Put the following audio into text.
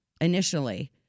initially